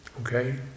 Okay